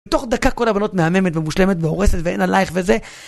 תוך דקה כל הבנות מהממת, ומושלמת, והורסת ואין עלייך וזה.